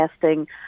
testing